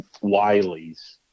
Wiley's